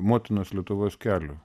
motinos lietuvos kelių